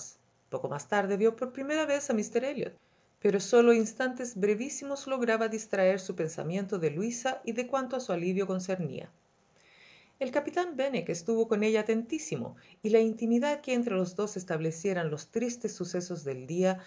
poco más tarde vió por primera vez a míster elliot pero sólo instantes brevísimos lograba distraer su pensamiento de luisa y de cuanto a su alivio concernía el capitán benwick estuvo con ella atentísimo y la intimidad que entre los dos establecieran los tristes sucesos del día